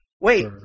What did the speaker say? Wait